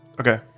Okay